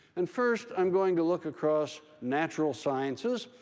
and first i'm going to look across natural sciences,